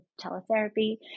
teletherapy